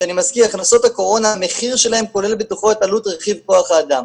שאני מזכיר שהמחיר של הכנסות הקורונה כולל בתוכו את עלות רכיב כוח האדם,